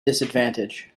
disadvantage